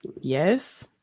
yes